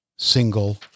single